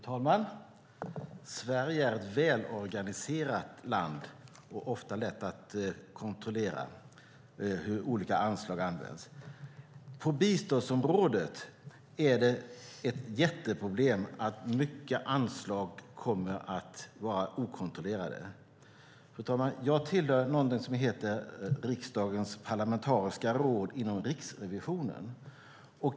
Fru talman! Sverige är ett välorganiserat land, och här är det ofta lätt att kontrollera hur olika anslag används. På biståndsområdet är det ett jätteproblem att stora delar av anslagen kommer att vara okontrollerade. Fru talman! Jag tillhör något som heter Riksrevisionens parlamentariska råd.